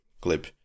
clip